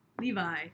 Levi